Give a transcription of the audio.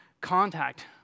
contact